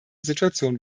situation